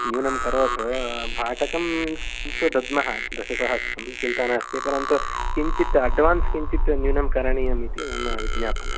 न्यूनं करोतु भाटकं तु दद्मः दशसहस्रं चिन्ता नास्ति परन्तु किञ्चित् अड्वान्स् किञ्चित् न्यूनं करणीयमिति मम विज्ञापना